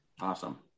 awesome